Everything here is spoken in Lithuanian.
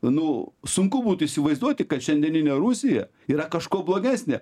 nu sunku būtų įsivaizduoti kad šiandieninė rusija yra kažkuo blogesnė